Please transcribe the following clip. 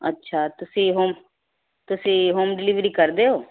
ਅੱਛਾ ਤੁਸੀਂ ਹੌਮ ਤੁਸੀਂ ਹੌਮ ਡਿਲੀਵਰੀ ਕਰਦੇ ਹੋ